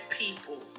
people